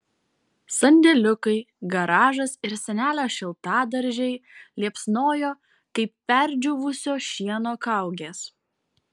sandėliukai garažas ir senelio šiltadaržiai liepsnojo kaip perdžiūvusio šieno kaugės